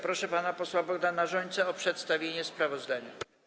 Proszę pana posła Bogdana Rzońcę o przedstawienie sprawozdania.